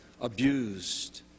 abused